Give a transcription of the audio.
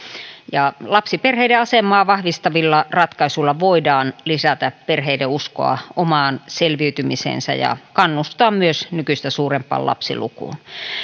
ja lapsiperheiden asemaa vahvistavilla ratkaisuilla voidaan lisätä perheiden uskoa omaan selviytymiseensä ja kannustaa myös nykyistä suurempaan lapsilukuun